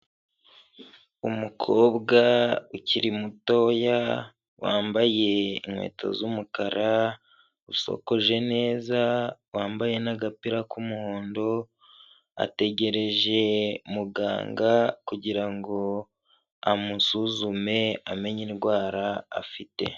Umukobwa ukiri mutoya wambaye inkweto z'umukara, usokoje neza, wambaye n'agapira k'umuhondo, ategereje muganga kugira ngo amusuzume amenye indwara afite.